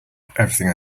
everything